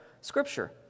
Scripture